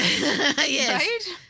Yes